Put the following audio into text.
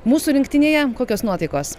mūsų rinktinėje kokios nuotaikos